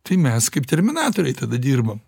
tai mes kaip terminatoriai tada dirbam